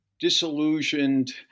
disillusioned